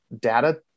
data